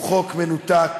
הוא חוק מנותק,